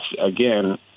Again